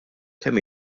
kemm